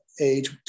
age